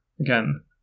again